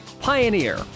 Pioneer